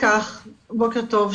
בוקר טוב.